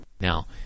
Now